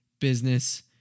business